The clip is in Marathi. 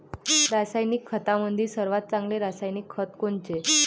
रासायनिक खतामंदी सर्वात चांगले रासायनिक खत कोनचे?